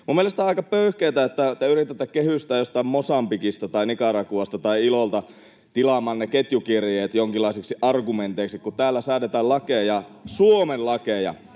Minun mielestäni on aika pöyhkeätä, että te yritätte kehystää jostain Mosambikista tai Nicaraguasta tai ILOlta tilaamanne ketjukirjeet jonkinlaisiksi argumenteiksi, kun täällä säädetään lakeja, Suomen lakeja.